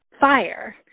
fire